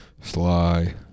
Sly